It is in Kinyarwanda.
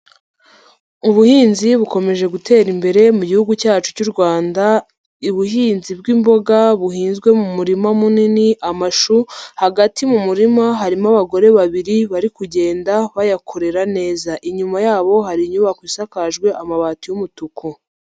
Ubuhinzi bukomeje gutera imbere mu gihugu cyacu cy'u Rwanda, ubuhinzi bw'imboga buhinzwe mu murima munini, amashu, hagati mu murima harimo abagore babiri bari kugenda bayakorera neza, inyuma yabo hari inyubako isakaje amabati y'umutuku.